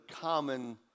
common